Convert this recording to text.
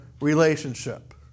relationship